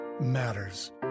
matters